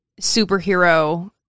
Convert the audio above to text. superhero